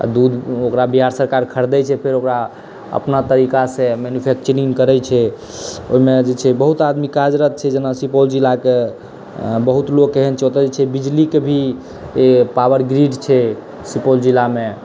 आओर दूध ओकरा बिहार सरकार खरीदै छै आओर फेर ओकरा फेर अपना तरिकासँ ओकरा मैन्युफैक्चरिङ्ग करै छै ओहिमे जे छै बहुत आदमी कार्यरत छै जेना सुपौल जिलाके बहुत लोक एहन जुड़ल छै बिजलीके भी पावर ग्रिड छै सुपौल जिलामे